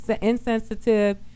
insensitive